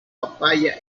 papaya